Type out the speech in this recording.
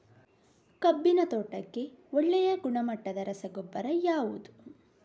ಕಬ್ಬಿನ ತೋಟಕ್ಕೆ ಒಳ್ಳೆಯ ಗುಣಮಟ್ಟದ ರಸಗೊಬ್ಬರ ಯಾವುದು?